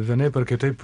vienaip ar kitaip